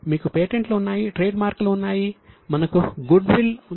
మీకు పేటెంట్లు ఉన్నాయి ట్రేడ్మార్క్లు ఉన్నాయి మనకు గుడ్విల్ ఉంది